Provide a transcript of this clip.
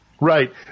Right